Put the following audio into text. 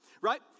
Right